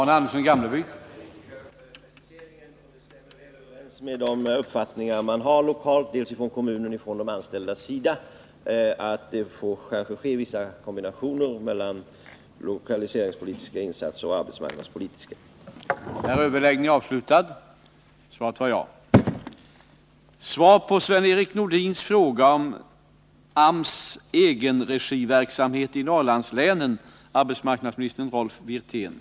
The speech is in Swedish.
Herr talman! Jag tackar för den ytterligare preciseringen. Det stämmer helt överens med den uppfattning man har lokalt — både inom kommunen och bland de anställda — att det kanske måste bli vissa kombinationer av lokaliseringspolitiska och arbetsmarknadspolitiska insatser.